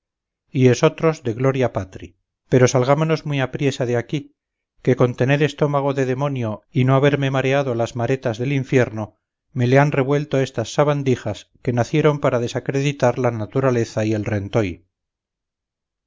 y esotros de gloria patri pero salgámonos muy apriesa de aquí que con tener estómago de demonio y no haberme mareado las maretas del infierno me le han revuelto estas sabandijas que nacieron para desacreditar la naturaleza y el rentoy